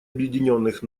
объединенных